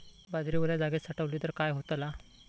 बाजरी वल्या जागेत साठवली तर काय होताला?